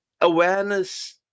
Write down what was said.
Awareness